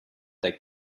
der